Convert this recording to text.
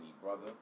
brother